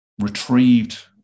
retrieved